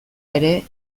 ere